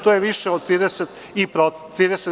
To je više od 30%